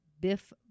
Biff